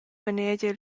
manegia